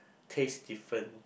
taste different